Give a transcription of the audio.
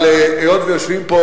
אבל היות שיושבים פה